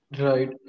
Right